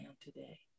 today